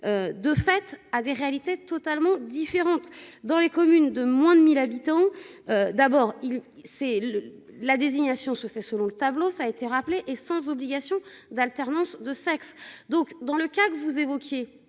De fait, à des réalités totalement différente dans les communes de moins de 1000 habitants. D'abord il c'est le la désignation se fait selon le tableau ça été rappelé et sans obligation d'alternance de sexe donc dans le cas que vous évoquiez,